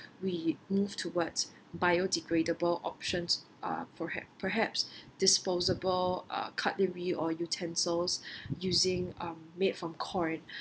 we move towards biodegradable options uh per~ perhaps disposable uh cutlery or utensils using um made from corn